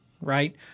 right